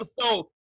episode